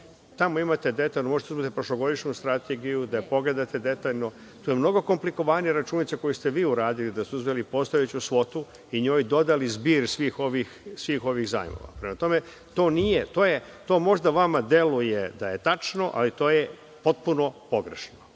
Tamo imate detaljan … prošlogodišnju strategiju, da pogledate detaljno. To je mnogo komplikovanija računica koju ste vi uradili, da ste uzeli postojeću svotu i njoj dodali zbir svih ovih zajmova. To možda vama deluje da je tačno, ali to je potpuno pogrešno.